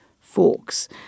forks